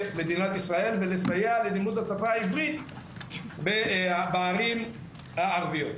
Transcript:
מדינת ישראל ולסייע ללימוד השפה העברית בערים הערביות.